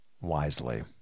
wisely